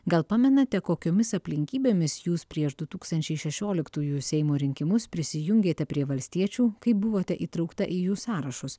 gal pamenate kokiomis aplinkybėmis jūs prieš du tūkstančiai šešioliktųjų seimo rinkimus prisijungėte prie valstiečių kai buvote įtraukta į jų sąrašus